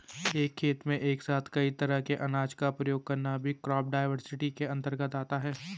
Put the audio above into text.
एक खेत में एक साथ कई तरह के अनाज का प्रयोग करना भी क्रॉप डाइवर्सिटी के अंतर्गत आता है